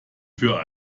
für